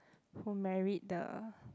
who married the